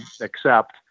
accept